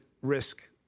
risk